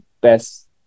best